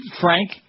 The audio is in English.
Frank